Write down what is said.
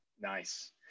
Nice